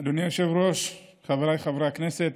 אדוני היושב-ראש, חבריי חברי הכנסת,